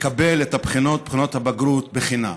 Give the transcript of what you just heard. לקבל את הבחינות, בחינות הבגרות, בחינם.